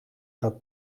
gaat